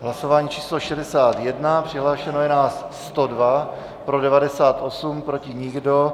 Hlasování číslo 61, přihlášeno je nás 102, pro 98, proti nikdo.